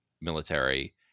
military